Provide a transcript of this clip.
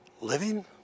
living